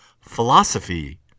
Philosophy